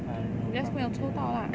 I don't know don't want say ah